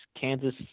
Kansas